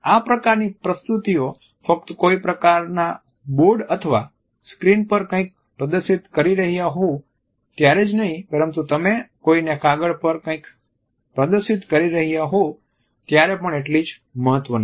આ પ્રકારની પ્રસ્તુતિઓ ફક્ત કોઈ પ્રકારના બોર્ડ અથવા સ્ક્રીન પર કંઈક પ્રદર્શિત કરી રહ્યાં હોવ ત્યારે જ નહિ પરંતુ તમે કોઈને કાગળ પર કંઈક પ્રદર્શિત કરી રહ્યા હોવ ત્યારે પણ એટલી જ મહત્વની છે